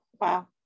Wow